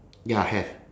ya have